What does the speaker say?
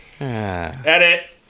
Edit